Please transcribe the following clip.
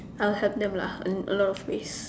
I'll help them lah in a lot of ways